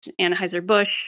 Anheuser-Busch